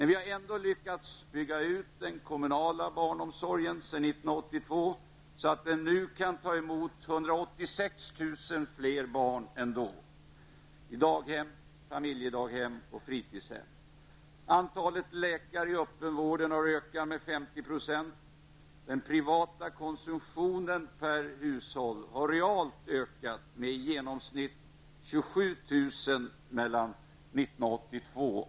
Vi har ändå lyckats bygga ut den kommunala barnomsorgen sedan 1982 så att den nu kan ta emot 186 000 fler barn än då i daghem, familjedaghem och fritidshem. Antalet läkare i öppenvården har ökat med 50 %. Den privata konsumtionen per hushåll har realt ökat med i genomsnitt 27 000 kr.